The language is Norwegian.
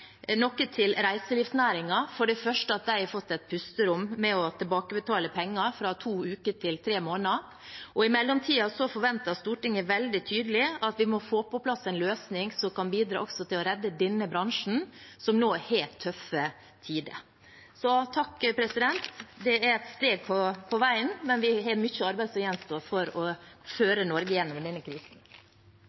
noe til reiselivsnæringen, for det første at de har fått et pusterom med å tilbakebetale penger, fra to uker til tre måneder. I mellomtiden forventer Stortinget veldig tydelig at vi må få på plass en løsning som kan bidra til å redde også denne bransjen, som nå har tøffe tider. Så takk – det er et steg på veien, men vi har mye arbeid som gjenstår for å føre Norge gjennom denne krisen.